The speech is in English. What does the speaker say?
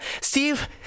Steve